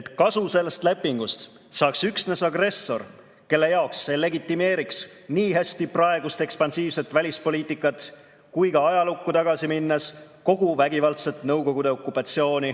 et kasu sellest lepingust saaks üksnes agressor, kelle jaoks see legitimeeriks niihästi praegust ekspansiivset välispoliitikat kui ka ajalukku tagasi minnes kogu vägivaldset Nõukogude okupatsiooni,